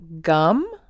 Gum